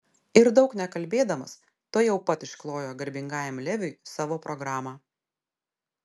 ir daug nekalbėdamas tuojau pat išklojo garbingajam leviui savo programą